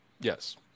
Yes